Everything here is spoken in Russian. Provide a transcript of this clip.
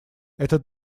этот